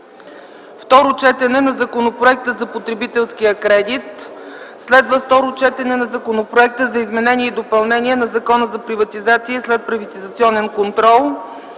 Второ четене на Законопроекта за потребителския кредит. 13. Второ четене на Законопроекта за изменение и допълнение на Закона за приватизация и следприватизационен контрол.